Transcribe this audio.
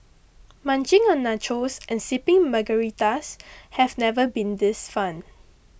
munching on nachos and sipping Margaritas have never been this fun